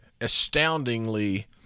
astoundingly